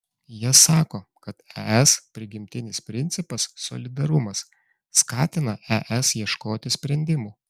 jie sako kad es prigimtinis principas solidarumas skatina es ieškoti sprendimų